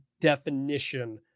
definition